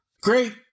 Great